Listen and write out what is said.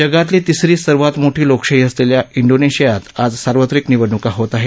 जगातली तिसरी सर्वात मोठी लोकशाही असलेल्या इंडोनेशियात आज सार्वत्रिक निवडणुका होत आहेत